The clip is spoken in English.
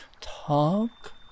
talk